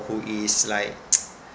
who is like